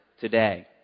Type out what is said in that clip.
today